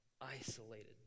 isolated